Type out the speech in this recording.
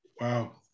Wow